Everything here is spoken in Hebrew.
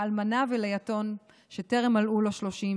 לאלמנה וליתום שטרם מלאו לו 30,